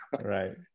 right